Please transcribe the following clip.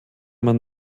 man